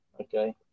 Okay